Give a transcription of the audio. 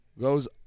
goes